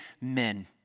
men